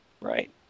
Right